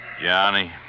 Johnny